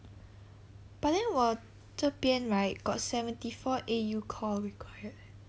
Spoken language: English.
but then 我这边 right got seventy four A_U core required leh